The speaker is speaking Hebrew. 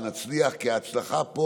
שנצליח, כי ההצלחה פה